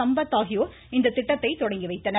சம்பத் ஆகியோர் இத்திட்டத்தை தொடங்கிவைத்தனர்